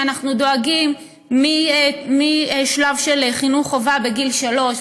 שאנחנו דואגים משלב של חינוך חובה בגיל שלוש,